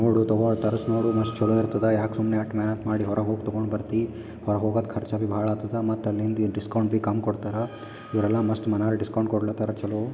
ನೋಡು ತಗೋ ತರ್ಸು ನೋಡು ಮಸ್ತ್ ಚಲೋ ಇರ್ತದ ಯಾಕೆ ಸುಮ್ಮನೆ ಅಷ್ಟ್ ಮೆಹನತ್ ಮಾಡಿ ಹೊರಗೆ ಹೋಗಿ ತಂಗೊಂಡು ಬರ್ತಿ ಹೊರ ಹೊಗೋದ್ ಖರ್ಚಾ ಬಿ ಭಾಳ ಆತದ ಮತ್ತು ಅಲ್ಲಿಂದ ದಿ ಡಿಸ್ಕೌಂಟ್ ಬಿ ಕಮ್ಮಿ ಕೊಡ್ತಾರ ಇವರೆಲ್ಲ ಮಸ್ತ್ ಮನಾರೆ ಡಿಸ್ಕೌಂಟ್ ಕೊಡ್ಲಾತಾರ ಚಲೋ